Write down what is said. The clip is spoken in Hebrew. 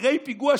אחרי פיגוע,